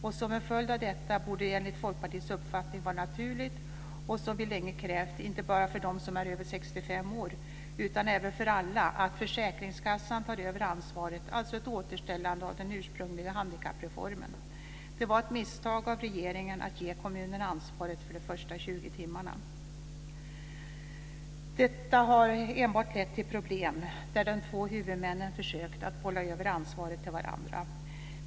Och som en följd av detta borde det, enligt Folkpartiets uppfattning, vara naturligt att försäkringskassan tar över ansvaret. Det har vi länge krävt, inte bara för dem som är över 65 år utan för alla. Det är alltså ett återställande av den ursprungliga handikappreformen. Det var ett misstag av regeringen att ge kommunerna ansvaret för de första 20 timmarna. Detta har enbart lett till problem. De två huvudmännen har försökt att bolla över ansvaret till varandra.